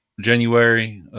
January